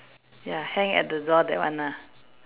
ya hang at the door that one ah